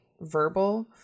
verbal